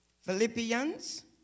Philippians